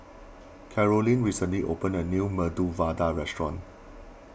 Carolyne recently opened a new Medu Vada restaurant